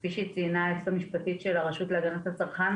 כפי שציינה היועצת המשפטית של הרשות להגנת הצרכן,